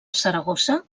saragossa